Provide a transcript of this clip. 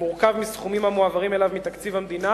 מורכב מסכומים המועברים אליו מתקציב המדינה